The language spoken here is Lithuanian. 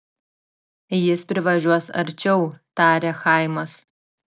jis privažiuos arčiau tarė chaimas